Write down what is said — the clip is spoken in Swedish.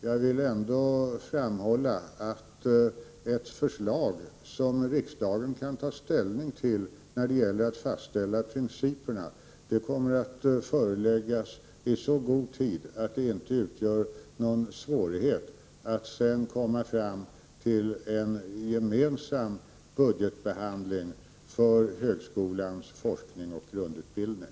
Jag vill framhålla att ett förslag som riksdagen kan ta ställning till när det gäller att fastlägga principerna kommer att framläggas i så god tid att det inte innebär någon svårighet att sedan komma fram till en gemensam budgetbehandling beträffande högskolans forskning och grundutbildning.